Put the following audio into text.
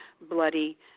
Bloody